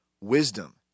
wisdom